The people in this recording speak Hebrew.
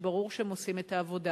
כשברור שהם עושים את העבודה.